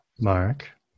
Mark